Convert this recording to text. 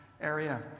area